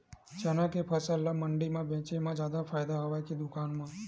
चना के फसल ल मंडी म बेचे म जादा फ़ायदा हवय के दुकान म?